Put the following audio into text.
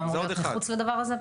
ואמור להיות מחוץ לדבר הזה.